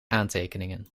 aantekeningen